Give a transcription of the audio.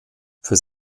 für